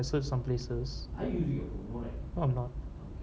I search some places no I'm not